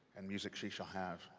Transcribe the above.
and music she shall have.